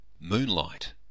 Moonlight